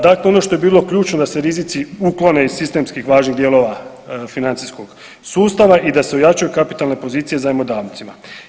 Dakle, ono što je bilo ključno da se rizici uklone iz sistemski važnih dijelova financijskog sustava i da se ojačaju kapitalne pozicije zajmodavcima.